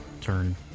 turn